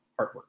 artwork